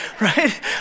right